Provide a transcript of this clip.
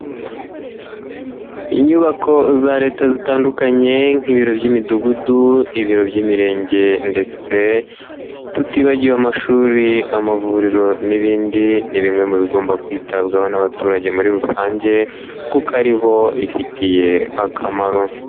Inyubako za leta zitandukanye nk'ibiro by'imidugudu, ibiro by'imirenge ndetse, tutibagiwe amashuri amavuriro n'ibindi ni bimwe mu bigomba kwitabwaho n'abaturage muri rusange, kuko ari bo bifitiye akamaro.